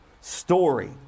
story